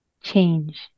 change